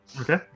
Okay